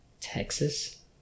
Texas